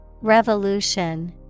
Revolution